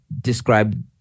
describe